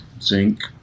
zinc